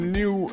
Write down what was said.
new